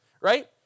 right